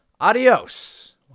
Adios